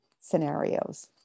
scenarios